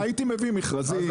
אחרת הייתי מביא מכרזים.